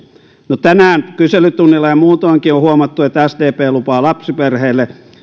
no tänään kyselytunnilla ja muutoinkin on huomattu että sdp lupaa lapsiperheille